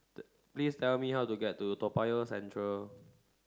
please tell me how to get to Toa Payoh Central